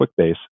QuickBase